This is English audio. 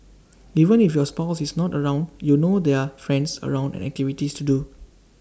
even if your spouse is not around you know there are friends around and activities to do